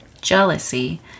jealousy